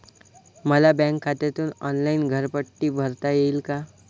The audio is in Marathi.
मला बँक खात्यातून ऑनलाइन घरपट्टी भरता येईल का?